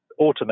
automate